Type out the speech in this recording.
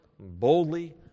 boldly